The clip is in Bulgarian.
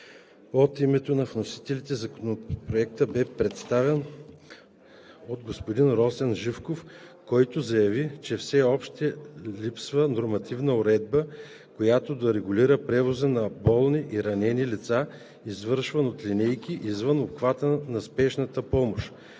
От името на вносителите Законопроектът бе представен от господин Росен Живков, който заяви, че все още липсва нормативна уредба, която да регулира превоза на болни и ранени лица, извършван от линейки, извън обхвата на спешната помощ.